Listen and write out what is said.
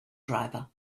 driver